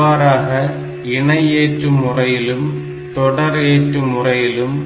இவ்வாறாக இணை ஏற்று முறையிலும் தொடர் ஏற்று முறையிலும்